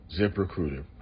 ZipRecruiter